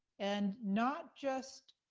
and not just,